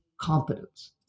competence